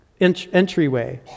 entryway